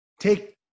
Take